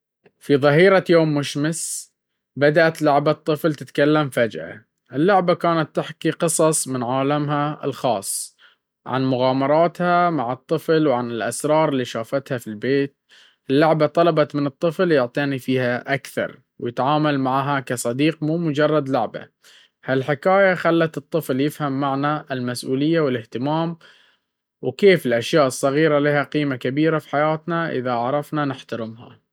في ظهيرة يوم مشمس، بدأت لعبة طفل تتكلم فجأة. اللعبة كانت تحكي قصص من عالمها الخاص، عن مغامراتها مع الطفل وعن الأسرار اللي شافتها في البيت. اللعبة طلبت من الطفل يعتني فيها أكثر ويتعامل معها كصديق مو مجرد لعبة. هالحكاية خلت الطفل يفهم معنى المسؤولية والاهتمام، وكيف الأشياء الصغيرة لها قيمة كبيرة في حياتنا إذا عرفنا نحترمها.